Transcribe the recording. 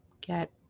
get